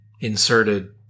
inserted